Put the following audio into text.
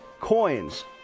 coins